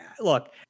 Look